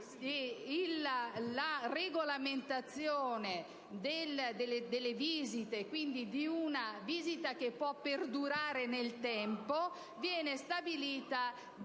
la regolamentazione delle visite e quindi di una visita che può perdurare nel tempo viene stabilita dal